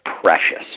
precious